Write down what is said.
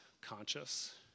conscious